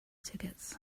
tickets